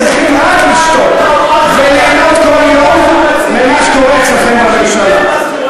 צריכים רק לשתוק וליהנות כל יום ממה שקורה אצלכם בממשלה.